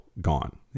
gone